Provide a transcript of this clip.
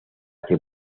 que